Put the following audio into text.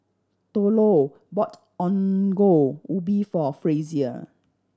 Thurlow bought Ongol Ubi for Frazier